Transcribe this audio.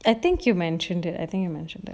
I think you mentioned it I think you mentioned that